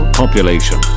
population